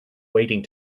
waiting